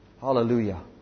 hallelujah